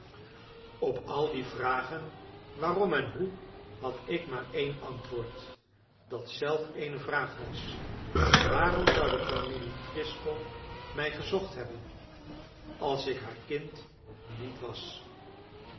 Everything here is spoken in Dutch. op al die vragen waarom en hoe had ik maar één antwoord dat zelf eene vraag was waarom zou de familie driscoll mij gezocht hebben als ik haar kind niet was